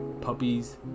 puppies